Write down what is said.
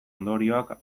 ondorioak